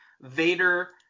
Vader